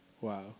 Wow